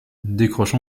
décroche